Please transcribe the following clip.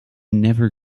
never